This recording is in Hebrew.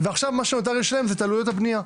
ועכשיו מה שנותר לשלם זה את עלויות הבניה.